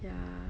ya